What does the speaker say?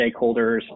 stakeholders